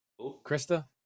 Krista